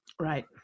Right